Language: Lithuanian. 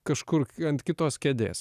kažkur ant kitos kėdės